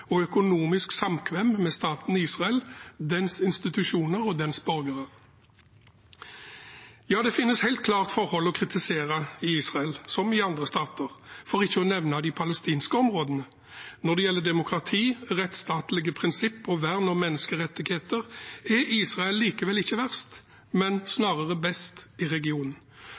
og økonomisk samkvem med staten Israel, dens institusjoner og dens borgere. Ja, det finnes helt klart forhold å kritisere i Israel, som i andre stater – for ikke å nevne i de palestinske områdene. Når det gjelder demokrati, rettsstatlige prinsipper og vern om menneskerettigheter, er Israel likevel ikke verst, men snarere best, i regionen.